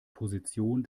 position